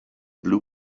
blue